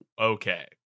okay